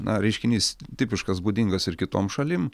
na reiškinys tipiškas būdingas ir kitom šalim